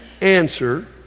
answer